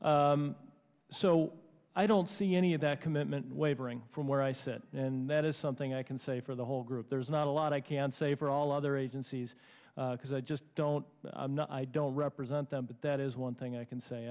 now so i don't see any of that commitment wavering from where i sit and that is something i can say for the whole group there's not a lot i can say for all other agencies because i just don't i don't represent them but that is one thing i can say